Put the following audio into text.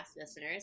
listeners